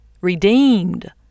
redeemed